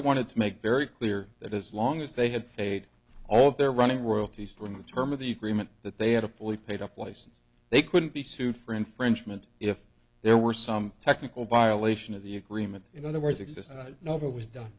i wanted to make very clear that as long as they had a all of their running royalties from the term of the agreement that they had a fully paid up license they couldn't be sued for infringement if there were some technical violation of the agreement in other words exist and i know if it was done